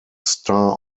star